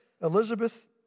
Elizabeth